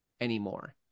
anymore